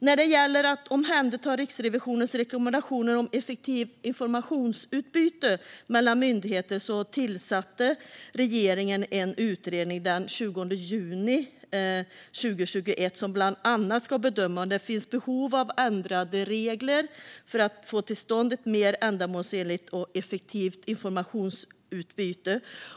När det gäller att omhänderta Riksrevisionens rekommendationer om effektivt informationsutbyte mellan myndigheter tillsatte regeringen en utredning den 20 juni 2021 som bland annat ska bedöma om det finns behov av ändrade regler för att få till stånd ett mer ändamålsenligt och effektivt informationsutbyte.